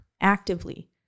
actively